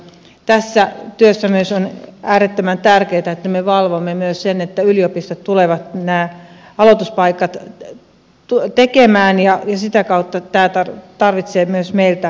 tässä työssä on äärettömän tärkeätä että me valvomme myös sen että yliopistot tulevat nämä aloituspaikat tekemään ja sitä kautta tämä tarvitsee myös meiltä jonkinlaista valvontaa